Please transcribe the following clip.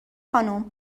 خانم